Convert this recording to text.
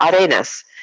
Arenas